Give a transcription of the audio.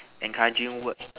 encouraging words